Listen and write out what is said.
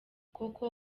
koko